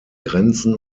grenzen